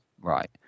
right